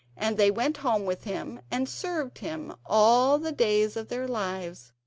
and they went home with him and served him all the days of their lives,